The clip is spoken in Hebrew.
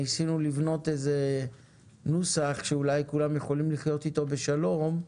ניסינו לבנות איזה נוסח שאולי כולם יוכלו לחיות איתו בשלום,